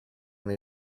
nei